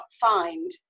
find